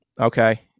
Okay